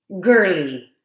girly